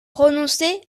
prononçait